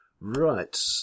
Right